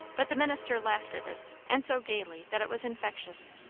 but the minister laughed at this, and so gaily that it was infectious.